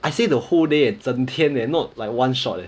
I say the whole day eh 整天 eh not like one shot eh